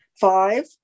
five